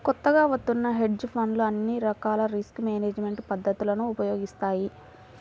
కొత్తగా వత్తున్న హెడ్జ్ ఫండ్లు అన్ని రకాల రిస్క్ మేనేజ్మెంట్ పద్ధతులను ఉపయోగిస్తాయి